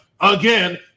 again